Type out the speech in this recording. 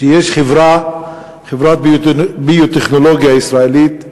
שיש חברת ביו-טכנולוגיה ישראלית שנמכרה,